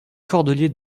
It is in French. cordeliers